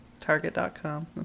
target.com